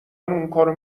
اونکارو